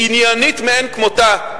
עניינית מאין כמותה,